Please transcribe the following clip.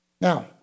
Now